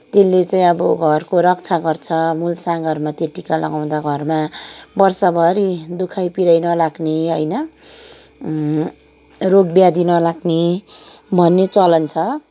त्यसले चाहिँ अब घरको रक्षा गर्छ मूल सङ्घारमा त्यो टिका लगाउँदा त्यो घरमा वर्षैभरि दुखाइ पिराइ नलाग्ने होइन रोग व्याधि नलाग्ने भन्ने चलन छ